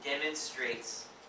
demonstrates